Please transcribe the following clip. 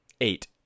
Eight